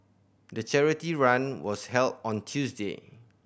the charity run was held on Tuesday